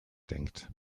denkt